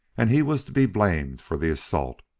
and he was be blamed for the assault.